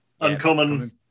uncommon